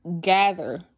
gather